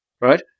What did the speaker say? right